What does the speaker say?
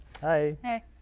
Hi